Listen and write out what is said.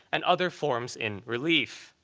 and other forms in relief.